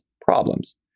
problems